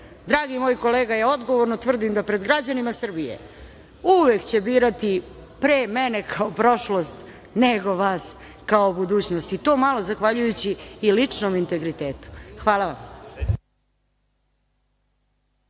dragi moj kolega, odgovorno tvrdim da pred građanima Srbije uvek će birati pre mene kao prošlost, nego vas kao budućnost i to malo zahvaljujući i ličnom integritetu. Hvala vam.